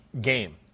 game